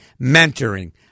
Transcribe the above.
mentoring